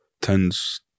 tens